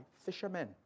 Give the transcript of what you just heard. fishermen